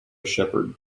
shepherd